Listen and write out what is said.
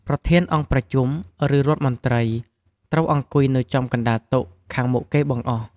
ប្រធានអង្គប្រជុំ ឬរដ្ឋមន្ត្រី ត្រូវអង្គុយនៅចំកណ្ដាលតុ ខាងមុខគេបង្អស់។